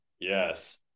yes